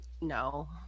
no